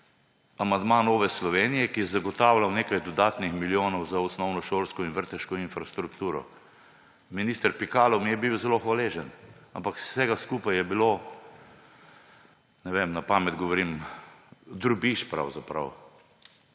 amandma Nove Slovenije, ki je zagotavljal nekaj dodatnih milijonov za osnovnošolsko in vrtčevsko infrastrukturo. Minister Pikalo m je bil zelo hvaležen, ampak vsega skupaj je bilo, ne vem, na pamet govorim, drobiž pravzaprav.